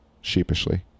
sheepishly